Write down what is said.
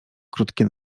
krótkie